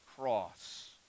cross